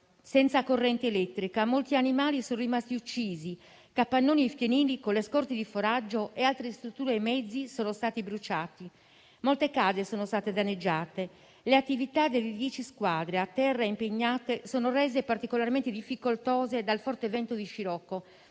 senza corrente elettrica. Molti animali sono rimasti uccisi. Capannoni e fienili con le scorte di foraggio e altre strutture e mezzi sono stati bruciati. Molte case sono state danneggiate. Le attività delle dieci squadre impegnate sono rese particolarmente difficoltose dal forte vento di scirocco,